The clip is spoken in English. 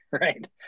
Right